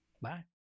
Bye